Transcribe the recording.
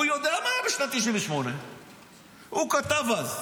הוא יודע מה היה בשנת 1998. הוא כתב אז: